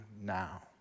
now